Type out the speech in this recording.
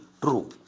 true